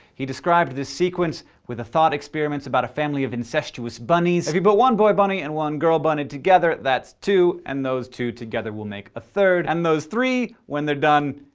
he described the sequence with a thought experiments about a family of incestuous bunnies. if you put one boy bunny and one girl bunny together, that's two. and those two together will make a third, and those three when they're done,